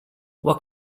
what